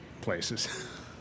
places